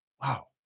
wow